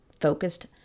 focused